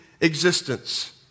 existence